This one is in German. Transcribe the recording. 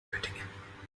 göttingen